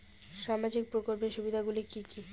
সামাজিক প্রকল্পের সুবিধাগুলি কি কি?